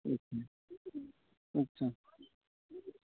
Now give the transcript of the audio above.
আচ্ছা আচ্ছা